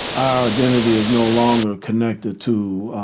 our identity is no longer connected to